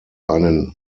einen